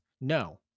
No